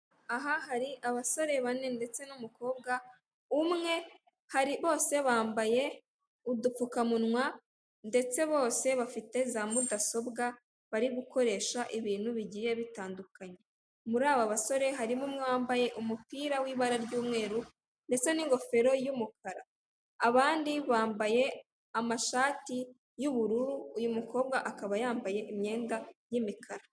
Aha hari abasore bane ndetse n'umukobwa umwe, hari bose bambaye udupfukamunwa, ndetse bose bafite za mudasobwa bari gukoresha ibintu bigiye bitandukanye, muri aba basore harimo umwe wambaye umupira w'ibara ry'umweru ndetse n'ingofero y'umukara, abandi bambaye amashati y'ubururu, uyu mukobwa akaba yambaye imyenda y'imikara.